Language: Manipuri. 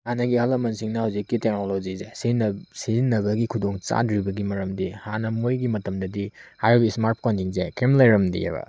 ꯍꯥꯟꯅꯒꯤ ꯑꯍꯜ ꯂꯃꯟꯁꯤꯡꯅ ꯍꯧꯖꯤꯛꯀꯤ ꯇꯦꯛꯅꯣꯂꯣꯖꯤꯁꯦ ꯁꯤꯖꯤꯟꯅꯕꯒꯤ ꯈꯨꯗꯣꯡ ꯆꯥꯗ꯭ꯔꯤꯕꯒꯤ ꯃꯔꯝꯗꯤ ꯍꯥꯟꯅ ꯃꯣꯏꯒꯤ ꯃꯇꯝꯗꯗꯤ ꯍꯥꯏꯔꯤꯕ ꯁ꯭ꯃꯥꯔꯠ ꯐꯣꯟꯁꯤꯡꯁꯦ ꯀꯩꯝ ꯂꯩꯔꯝꯗꯦꯕ